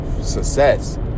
success